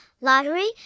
lottery